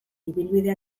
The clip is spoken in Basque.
ibilbide